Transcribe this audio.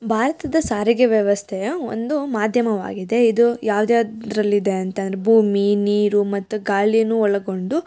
ಭಾರತದ ಸಾರಿಗೆ ವ್ಯವಸ್ಥೆಯು ಒಂದು ಮಾಧ್ಯಮವಾಗಿದೆ ಇದು ಯಾವ್ದು ಯಾವ್ದ್ರಲ್ಲಿ ಇದೆ ಅಂತ ಅಂದರೆ ಭೂಮಿ ನೀರು ಮತ್ತು ಗಾಳಿಯು ಒಳಗೊಂಡು